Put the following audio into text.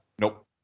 Nope